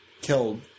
killed